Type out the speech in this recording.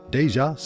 Deja